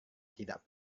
tidak